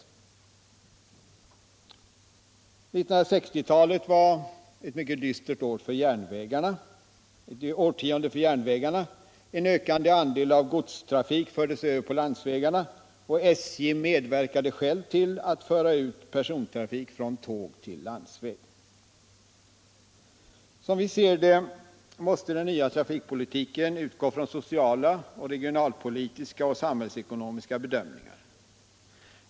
1960-talet var ett mycket dystert årtionde för järnvägarna. En ökande andel av godstrafiken fördes över till landsvägarna. SJ medverkade självt till att föra över persontrafik från tåg till landsväg. Som vi ser det måste den nya trafikpolitiken utgå från sociala, regionalpolitiska och samhällsekonomiska bedömningar.